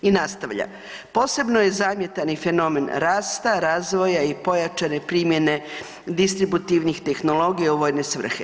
I nastavlja, posebno je zamjetan i fenomen rasta, razvoja i pojačane primjene distributivnih tehnologija u vojne svrhe.